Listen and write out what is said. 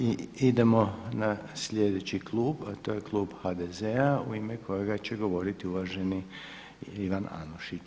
I idemo na sljedeći klub a to je klub HDZ-a u ime kojega će govoriti uvaženi Ivan Anušić.